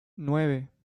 nueve